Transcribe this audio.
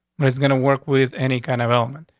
but it's gonna work with any kind of element.